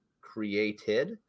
created